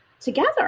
together